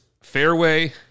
fairway